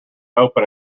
open